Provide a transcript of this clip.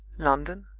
london,